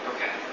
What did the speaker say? Okay